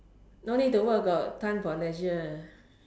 no need to work got time for leisure